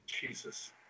Jesus